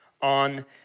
on